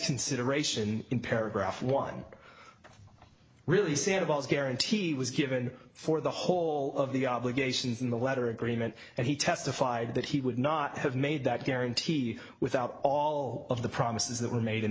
consideration in paragraph one really sad of all is guarantee was given for the whole of the obligations in the letter agreement and he testified that he would not have made that guarantee without all of the promises that were made in